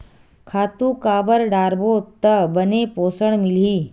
खातु काबर डारबो त बने पोषण मिलही?